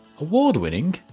award-winning